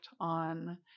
on